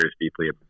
deeply